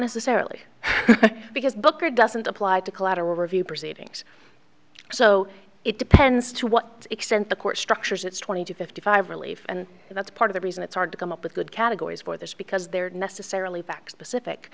necessarily because booker doesn't apply to collateral review proceedings so it depends to what extent the court structures its twenty to fifty five relief and that's part of the reason it's hard to come up with good categories for this because they're necessarily back specific